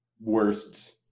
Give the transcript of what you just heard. worst